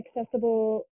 accessible